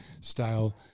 style